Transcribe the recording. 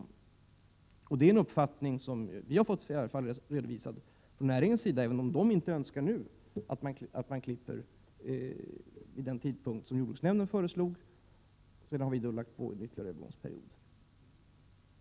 Det är i alla fall en uppfattning som vi har fått redovisad från näringen, även om denna inte önskar att man klipper av vid den tidpunkt som jordbruksnämnden föreslog, till vilken vi för övrigt har fogat en ytterligare övergångsperiod.